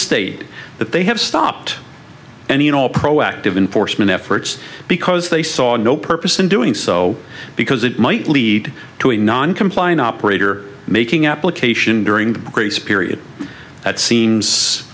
state that they have stopped any and all proactive in foresman efforts because they saw no purpose in doing so because it might lead to a non complying operator making application during the grace period that seems